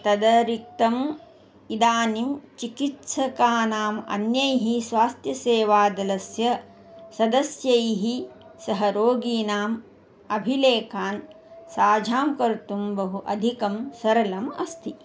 तदतिरिक्तम् इदानीं चिकित्सकानाम् अन्यैः स्वास्थ्यसेवादलस्य सदस्यैः सह रोगिणाम् अभिलेखान् साझां कर्तुं बहु अधिकं सरलम् अस्ति